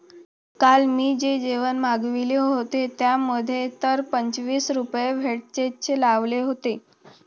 काल मी जे जेवण मागविले होते, त्यामध्ये तर पंचवीस रुपये व्हॅटचेच लावले होते